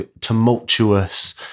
tumultuous